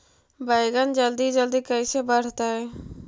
बैगन जल्दी जल्दी कैसे बढ़तै?